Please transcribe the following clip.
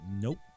Nope